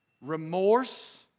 remorse